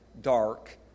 dark